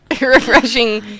refreshing